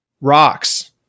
rocks